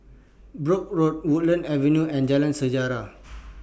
Brooke Road Woodlands Avenue and Jalan Sejarah